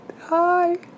hi